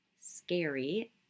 scary